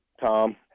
Tom